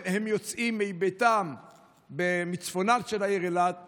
הם יוצאים מביתם בצפונה של העיר אילת לעיר,